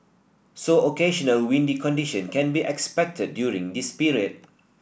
so occasional windy condition can be expected during this period